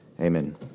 Amen